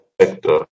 sector